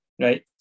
right